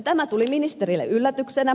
tämä tuli ministerille yllätyksenä